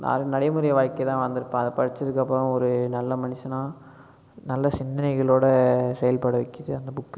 நானும் நடைமுறை வாழ்க்கை தான் வாழ்ந்து அதை படிச்சதுக்கப்புறம் ஓரு நல்ல மனுஷனாக நல்ல சிந்தனைகளோடு செயல்பட வைக்குது அந்த புக்கு